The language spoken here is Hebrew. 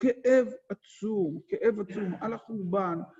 כאב עצום, כאב עצום, על החורבן.